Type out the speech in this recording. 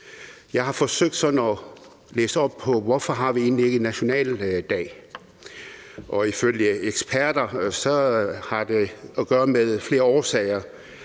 Jeg har forsøgt sådan at læse op på, hvorfor vi egentlig ikke har en nationaldag. Ifølge eksperter har det at gøre med flere årsager.